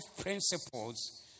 principles